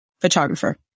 photographer